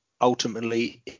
ultimately